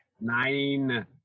Nine